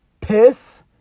piss